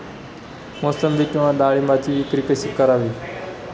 मोसंबी किंवा डाळिंबाची विक्री कशी करावी?